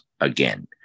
again